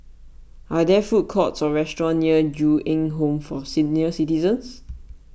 are there food courts or restaurants near Ju Eng Home for Senior Citizens